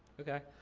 okay,